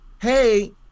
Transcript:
hey